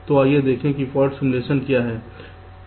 तो आइए देखें कि फॉल्ट सिमुलेशन क्या है